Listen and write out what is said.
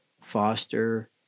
foster